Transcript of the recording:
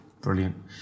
Brilliant